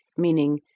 meaning,